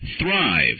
thrive